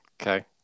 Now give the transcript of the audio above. Okay